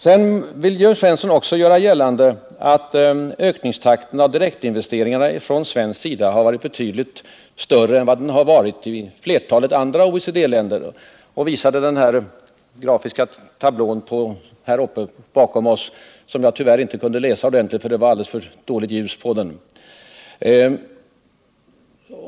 Sedan vill Jörn Svensson också göra gällande att ökningstakten när det gäller de svenska direktinvesteringarna har varit betydligt högre än i flertalet andra OECD-länder. Han visade en grafisk tablå bakom oss, som jag tyvärr inte kunde läsa ordentligt, eftersom det var alldeles för dåligt med ljus.